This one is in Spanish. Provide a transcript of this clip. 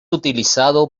utilizado